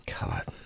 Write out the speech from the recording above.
God